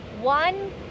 one